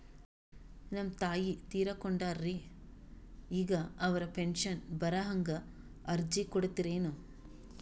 ನಮ್ ತಾಯಿ ತೀರಕೊಂಡಾರ್ರಿ ಈಗ ಅವ್ರ ಪೆಂಶನ್ ಬರಹಂಗ ಅರ್ಜಿ ಕೊಡತೀರೆನು?